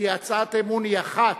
כי הצעת אמון היא אחת,